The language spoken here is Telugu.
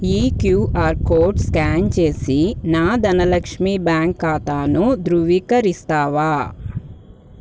ఈ క్యూఆర్ కోడ్ స్క్యాన్ చేసి నా ధనలక్ష్మి బ్యాంక్ ఖాతాను ధృవీకరిస్తావా